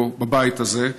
פה בבית הזה.